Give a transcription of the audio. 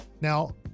Now